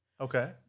Okay